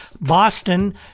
Boston